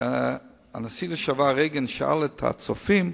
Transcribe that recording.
והנשיא לשעבר רייגן שאל את הצופים: